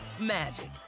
magic